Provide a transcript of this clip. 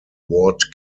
ward